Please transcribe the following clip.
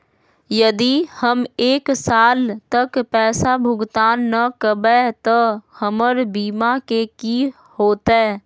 यदि हम एक साल तक पैसा भुगतान न कवै त हमर बीमा के की होतै?